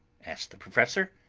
asked the professor.